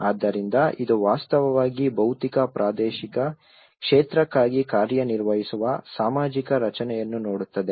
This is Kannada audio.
ಆದ್ದರಿಂದ ಇದು ವಾಸ್ತವವಾಗಿ ಭೌತಿಕ ಪ್ರಾದೇಶಿಕ ಕ್ಷೇತ್ರಕ್ಕಾಗಿ ಕಾರ್ಯನಿರ್ವಹಿಸುವ ಸಾಮಾಜಿಕ ರಚನೆಯನ್ನು ನೋಡುತ್ತದೆ